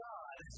God